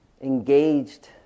engaged